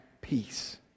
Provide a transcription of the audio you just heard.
peace